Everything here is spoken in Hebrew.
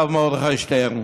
הרב מרדכי שטרן".